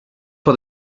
for